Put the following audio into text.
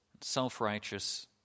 self-righteous